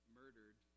murdered